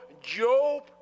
Job